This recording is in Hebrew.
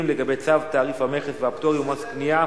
לגבי צו תעריף המכס והפטורים ומס קנייה